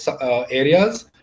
areas